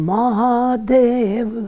Mahadev